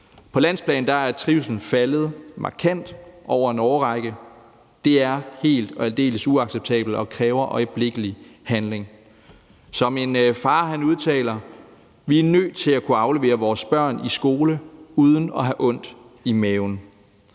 På landsplan er trivslen faldet markant over en årrække, og det er helt og aldeles uacceptabelt og kræver øjeblikkelig handling. Som en far udtaler: Vi er nødt til at kunne aflevere vores børn i skole uden at have ondt i maven.